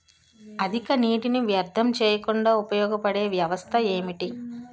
అధిక నీటినీ వ్యర్థం చేయకుండా ఉపయోగ పడే వ్యవస్థ ఏంటి